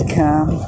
come